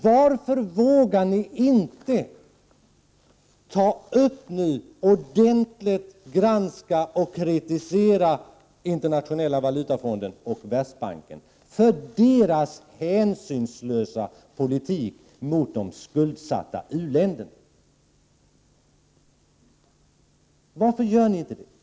Varför vågar ni inte ta upp problemen och ordentligt granska och kritisera Internationella valutafondens och Världsbankens hänsynslösa politik gentemot de skuldsatta u-länderna? Varför gör ni inte detta?